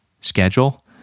schedule